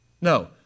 No